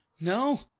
No